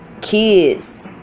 Kids